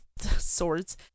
swords